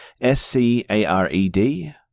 S-C-A-R-E-D